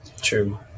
true